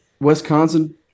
Wisconsin